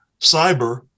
cyber